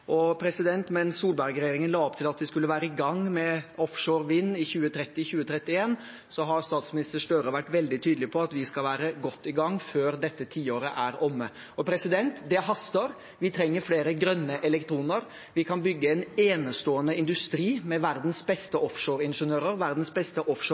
og energidepartementet for å se på om man også kan kjøre parallelle prosesser for å ta inn tid. Mens Solberg-regjeringen la opp til at man skulle være i gang med offshore vindkraft i 2030/2031, har statsminister Støre vært veldig tydelig på at vi skal være godt i gang før dette tiåret er omme – og det haster. Vi trenger flere grønne elektroner. Vi kan bygge en enestående industri, med